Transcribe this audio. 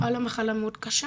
היה לה מחלה מאוד קשה